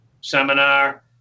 seminar